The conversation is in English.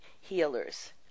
healers